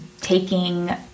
taking